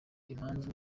impamvu